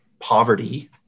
poverty